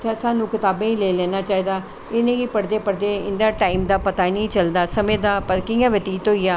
ते साह्नू कताबें गी लेई लैना चाही दा इनेंगी पढ़दे पढ़दे इंदे टाईम दा पता नी चलदा समें दा कियां ब्यतीत होईया